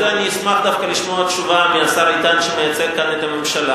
ועל זה אשמח דווקא לשמוע תשובה מהשר איתן שמייצג את הממשלה,